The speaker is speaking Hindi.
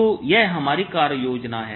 तो यह हमारी कार्य योजना है